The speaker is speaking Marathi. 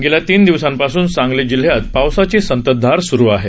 गेल्या तीन दिवसापासून सांगली जिल्ह्यात पावसाची संततधार स्रू आहे